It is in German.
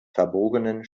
verbogenen